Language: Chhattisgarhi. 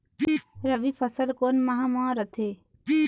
रबी फसल कोन माह म रथे?